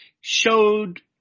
showed